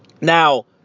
Now